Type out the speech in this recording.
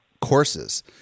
courses